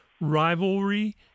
rivalry